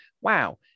wow